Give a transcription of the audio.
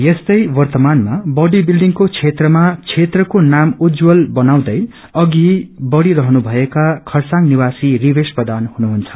यस्तै वर्त्तमानमा बडी विल्डिङको क्षेत्रमा क्षेत्रस्रो नाम उज्ज्वल बनाउँदै अघि बढ़िरहनु भएका खरसाङ निवासी रिवेश प्रधान हुनुहुन्छ